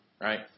right